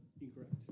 incorrect